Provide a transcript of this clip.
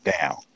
down